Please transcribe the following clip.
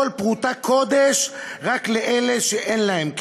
כל פרוטה, קודש רק לאלה שאין להם.